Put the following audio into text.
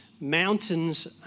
mountains